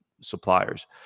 suppliers